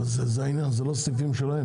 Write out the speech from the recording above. אז זה העניין, זה לא סניפים שלהם?